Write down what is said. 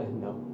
No